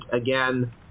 again